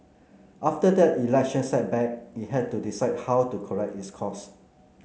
after that election setback it had to decide how to correct its course